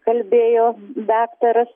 kalbėjo daktaras